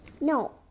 No